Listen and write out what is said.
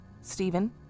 Stephen